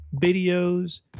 videos